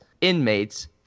inmates